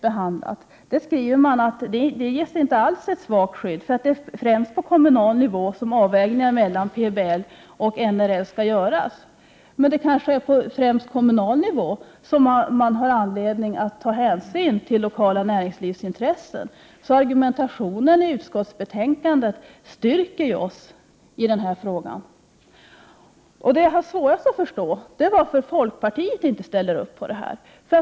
I betänkandet skrivs att det inte alls ges ett svagt skydd. Det är främst på kommunal nivå som avvägningar mellan naturresurslagen och planoch bygglagen skall göras. Det är kanske främst på kommunal nivå som man har anledning att ta hänsyn till lokala näringslivsintressen. Så argumentationen i utskottsbetänkandet styrker oss i denna fråga. Det som jag har svårast att förstå är att folkpartiet inte ställer upp.